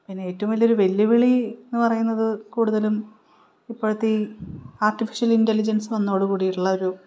പിന്നെ ഏറ്റവും വലിയൊരു വെല്ലുവിളി എന്നു പറയുന്നത് കൂടുതലും ഇപ്പോഴത്തെ ഈ ആർട്ടിഫിഷ്യൽ ഇൻ്റലിജൻസ് വന്നതോടുകൂടിയിട്ടുള്ള ഒരു